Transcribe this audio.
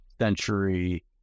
century